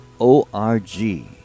O-R-G